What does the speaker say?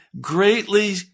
greatly